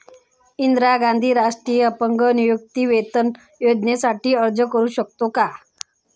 इंदिरा गांधी राष्ट्रीय अपंग निवृत्तीवेतन योजनेसाठी अर्ज करू शकतो का?